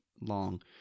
long